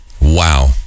Wow